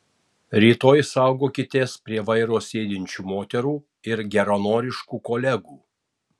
rytoj saugokitės prie vairo sėdinčių moterų ir geranoriškų kolegų